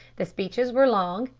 the speeches were long,